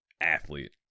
athlete